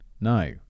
No